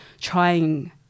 trying